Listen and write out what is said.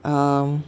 um